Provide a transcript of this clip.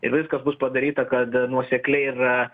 ir viskas bus padaryta kad nuosekliai ir